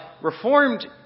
Reformed